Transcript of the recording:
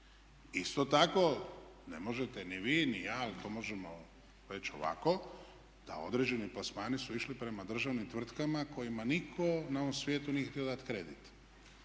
Isto tako, ne možete ni vi, ni ja ali to možemo reći ovako da određeni plasmani su išli prema državnim tvrtkama kojima nitko na ovom svijetu nije htio dati kredit.